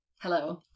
hello